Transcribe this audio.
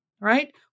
right